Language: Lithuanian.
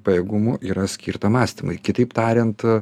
pajėgumų yra skirta mąstymui kitaip tariant